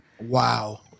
Wow